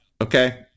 Okay